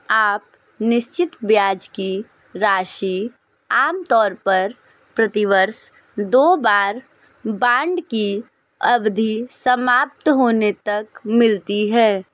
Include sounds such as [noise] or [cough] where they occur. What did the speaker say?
आप निश्चित ब्याज की राशि आमतौर पर प्रति वर्ष दो बार [unintelligible] की अवधि समाप्त होने तक मिलती है